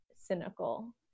cynical